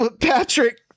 Patrick